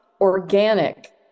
organic